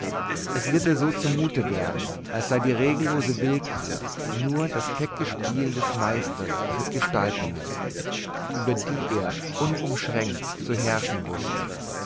es wird dir so zumute werden als sei die regellose willkür nur das kecke spiel des meisters mit gestaltungen über die er unumschränkt zu herrschen wußte